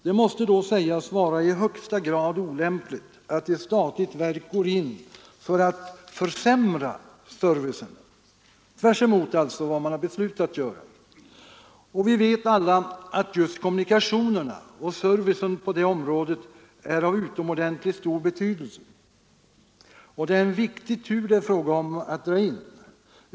Det måste då sägas vara i högsta grad olämpligt att ett statligt verk går in för att försämra servicen — tvärtemot vad riksdagen beslutat. Vi vet alla att just kommunikationerna och servicen på det området är av utomordentligt stor betydelse. Och det är en viktig tur det är fråga om att dra in.